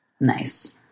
Nice